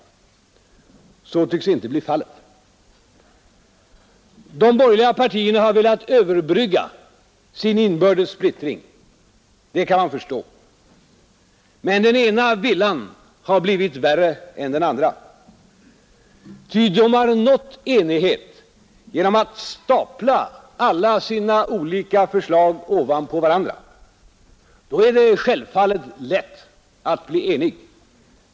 Så tycks inte bli fallet. De borgerliga partierna har velat överbrygga sin inbördes splittring. Det kan man förstå. Men den ena villan har blivit värre än den andra. Ty de har nått enighet genom att stapla alla sina olika förslag ovanpå varandra, Då är det självfallet lätt att bli enig.